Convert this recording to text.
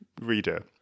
reader